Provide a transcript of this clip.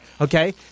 Okay